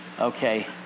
Okay